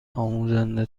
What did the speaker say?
آموزنده